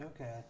okay